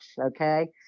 okay